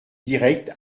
direct